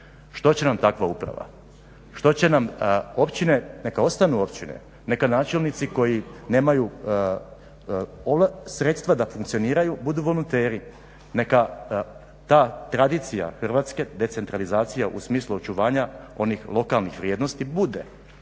Što će nam takva uprava? Što će nam općine, neka ostanu općine, neka načelnici koji nemaju sredstava da funkcioniraju budu volonteri, neka ta tradicija Hrvatske decentralizacije u smisli očuvanja onih lokalnih vrijednosti bude